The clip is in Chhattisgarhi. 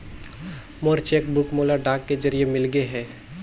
मोर चेक बुक मोला डाक के जरिए मिलगे हे